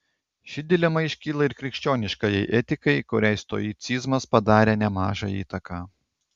ši dilema iškyla ir krikščioniškajai etikai kuriai stoicizmas padarė nemažą įtaką